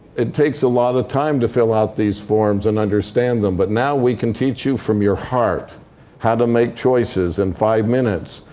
it takes a lot of time to fill out these forms and understand them. but now we can teach you from your heart how to make choices in and five minutes,